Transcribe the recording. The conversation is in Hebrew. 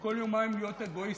וכל יומיים להיות אגואיסט,